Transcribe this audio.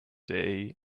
day